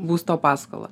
būsto paskolą